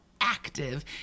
active